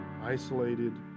isolated